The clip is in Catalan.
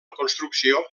construcció